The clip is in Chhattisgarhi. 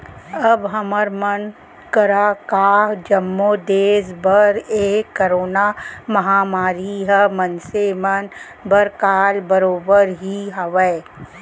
अब हमर मन करा का जम्मो देस बर ए करोना महामारी ह मनसे मन बर काल बरोबर ही हावय